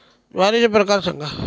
ज्वारीचे प्रकार सांगा